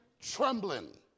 trembling